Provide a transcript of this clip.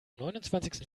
neunundzwanzigsten